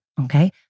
Okay